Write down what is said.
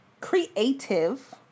Creative